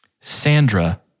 Sandra